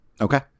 Okay